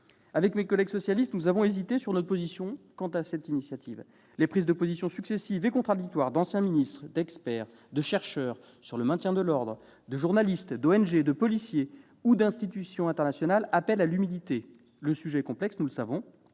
Avec mes collègues socialistes, nous avons hésité sur la position à adopter quant à cette initiative. Les prises de position successives et contradictoires d'anciens ministres, d'experts, de chercheurs sur le maintien de l'ordre, de journalistes, d'ONG, de policiers ou d'institutions internationales appellent à l'humilité : le sujet est complexe, nous le savons.